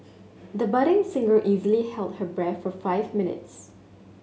the budding singer easily held her breath for five minutes